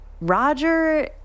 Roger